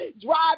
Drive